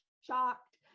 shocked